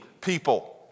people